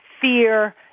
fear